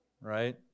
right